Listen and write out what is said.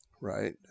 right